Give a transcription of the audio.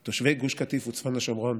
של אזרחי ישראל תושבי גוש קטיף וצפון השומרון,